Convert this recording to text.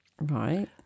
Right